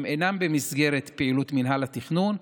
הם אינם במסגרת פעילות מינהל התכנון,